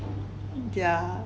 yeah